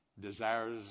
desires